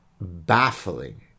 baffling